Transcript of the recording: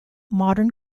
modern